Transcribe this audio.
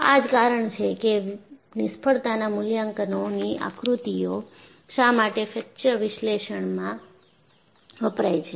આ જ કારણ છે કે નિષ્ફળતાના મૂલ્યાંકનો ની આકૃતિઓ શા માટે ફ્રેક્ચર વિશ્લેષણમાં વપરાય છે